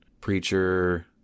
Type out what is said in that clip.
preacher